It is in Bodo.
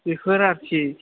बेफोर आरोखि